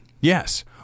Yes